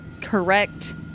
correct